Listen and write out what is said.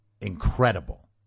incredible